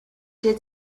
did